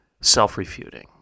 self-refuting